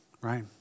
right